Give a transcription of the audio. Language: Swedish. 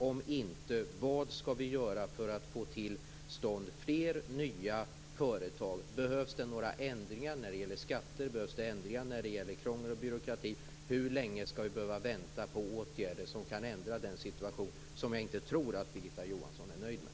Om inte, vad skall vi göra för att få till stånd fler nya företag? Behövs det några ändringar när det gäller skatter? Behövs det några ändringar när det gäller krångel och byråkrati? Hur länge skall vi behöva vänta på åtgärder som kan ändra den situation som jag inte tror att Birgitta Johansson är nöjd med?